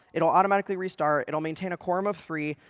it will automatically restart. it'll maintain a quorum of three.